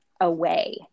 away